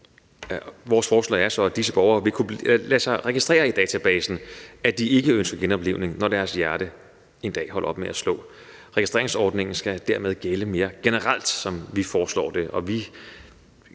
Vores forslag er så, at disse borgere vil kunne lade registrere i databasen, at de ikke ønsker genoplivning, når deres hjerte en dag holder op med at slå. Registreringsordningen skal dermed gælde mere generelt, sådan som vi foreslår det. Vi